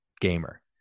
gamer